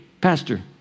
pastor